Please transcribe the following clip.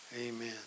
Amen